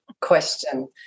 question